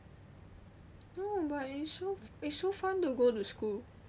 no but it's so it's so fun to go to school